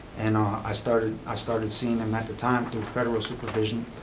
and i i started i started seeing him at the time through federal supervision.